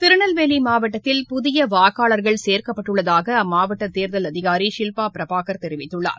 திருநெல்வேலி மாவட்டத்தில் புதிய வாக்காளர்கள் சேர்க்கப்பட்டுள்ளதாக அம்மாவட்ட தேர்தல் அதிகாரி ஷில்பா பிரபாகர் தெரிவித்துள்ளார்